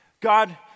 God